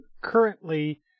currently